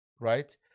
right